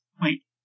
Wait